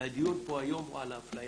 הדיון פה היום הוא על האפליה.